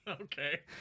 Okay